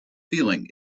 feeling